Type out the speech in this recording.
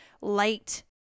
light